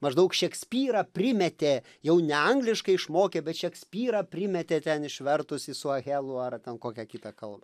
maždaug šekspyrą primetė jau ne angliškai išmokė bet šekspyrą primetė ten išvertus į suahelų ar ten kokią kitą kalbą